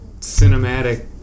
cinematic